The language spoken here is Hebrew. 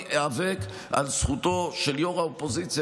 אני אאבק על זכותו של ראש האופוזיציה